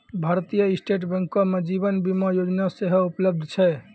भारतीय स्टेट बैंको मे जीवन बीमा योजना सेहो उपलब्ध छै